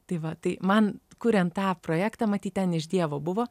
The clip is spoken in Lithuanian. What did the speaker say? tai va tai man kuriant tą projektą matyt ten iš dievo buvo